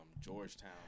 Georgetown